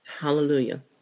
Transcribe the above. hallelujah